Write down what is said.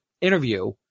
interview